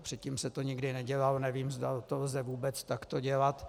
Předtím se to nikdy nedělalo, nevím, zda to lze vůbec takto dělat.